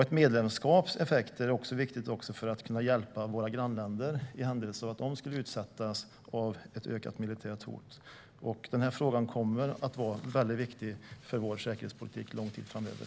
Ett medlemskaps effekter är viktiga också för att kunna hjälpa våra grannländer i händelse av att de skulle utsättas för ett ökat militärt hot. Den här frågan kommer att vara väldigt viktig för vår säkerhetspolitik under lång tid framöver.